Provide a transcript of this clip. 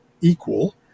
equal